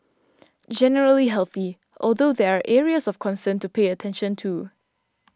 generally healthy although there are areas of concern to pay attention to